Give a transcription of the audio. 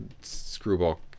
screwball